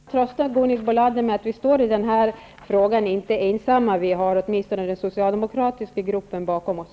Herr talman! Jag kan trösta Gunhild Bolander med att vi i den här frågan inte står ensamma. Vi har åtminstone den socialdemokratiska gruppen bakom oss.